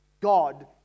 God